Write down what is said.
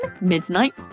midnight